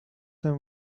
them